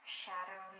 shadow